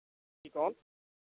जी कौन